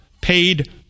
paid